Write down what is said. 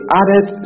added